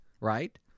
right